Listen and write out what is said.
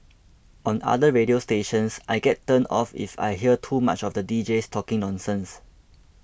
on other radio stations I get turned off if I hear too much of the deejays talking nonsense